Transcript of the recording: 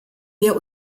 wir